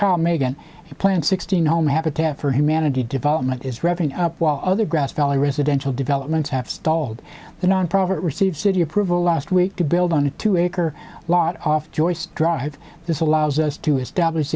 carl megan plan sixteen home habitat for humanity development is revving up while other grass valley residential developments have stalled the nonprofit received city approval last week to build on a two acre lot off joyce drive this allows us to establish